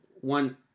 one